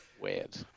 Weird